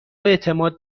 اعتماد